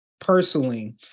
personally